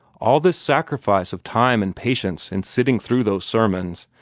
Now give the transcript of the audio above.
all this sacrifice of time and patience in sitting through those sermons,